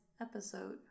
episode